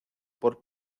por